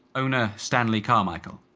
owner, stanley carmichael.